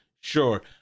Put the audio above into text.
sure